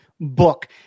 book